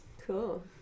Cool